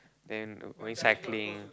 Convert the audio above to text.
then went cycling